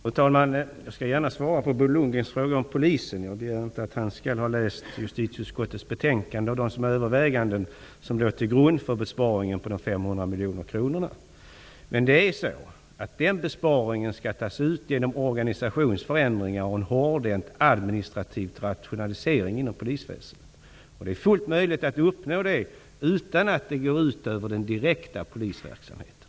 Fru talman! Jag skall gärna svara på Bo Lundgrens fråga om Polisen. Jag begär inte att han skall ha läst justitieutskottets betänkande och tagit del av de små öveväganden som låg till grund för besparingen på 500 miljoner kronor. Denna besparing skall tas ut genom organisationsförändringar och en hårdhänt administrativ rationalisering inom polisväsendet. Denna besparing är fullt möjlig att uppnå utan att det går ut över den direkta polisverksamheten.